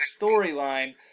storyline